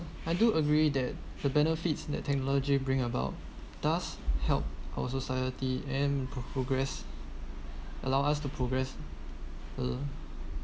I do agree that the benefits that technology bring about does help our society and progress allow us to progress uh